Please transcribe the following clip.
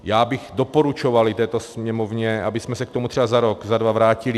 Já bych doporučoval této Sněmovně, abychom se k tomu třeba za rok, za dva vrátili.